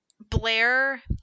Blair